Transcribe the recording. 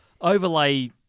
overlay